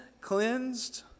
cleansed